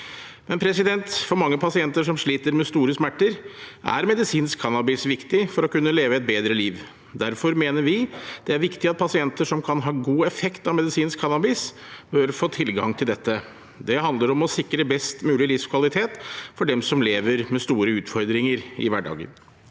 det. Men for mange pasienter som sliter med store smerter, er medisinsk cannabis viktig for å kunne leve et bedre liv. Derfor mener vi det er viktig at pasienter som kan ha god effekt av medisinsk cannabis, bør få tilgang til dette. Det handler om å sikre best mulig livskvalitet for dem som lever med store utfordringer i hverdagen.